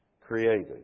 created